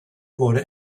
wurde